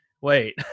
wait